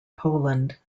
poland